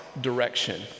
direction